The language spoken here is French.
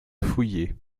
fouillé